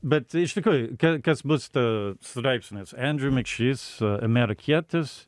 bet iš tikrųjų ka kas bus ta straipsnis andrew mikšys amerikietis